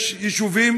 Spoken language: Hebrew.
יש יישובים,